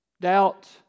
Doubt